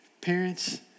Parents